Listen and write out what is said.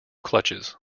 clutches